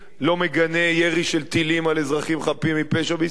לא מגנה ירי של טילים על אזרחים חפים מפשע בישראל.